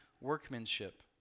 workmanship